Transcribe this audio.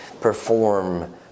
perform